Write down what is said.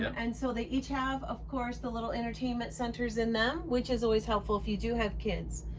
and so they each have of course the little entertainment centers in them, which is always helpful if you do have kids,